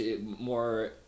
more